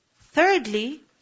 Thirdly